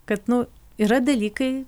kad nu yra dalykai